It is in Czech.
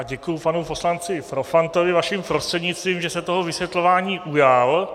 Děkuji panu poslanci Profantovi vaším prostřednictvím, že se toho vysvětlování ujal.